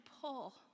pull